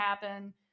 happen